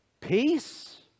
peace